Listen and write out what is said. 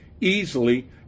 easily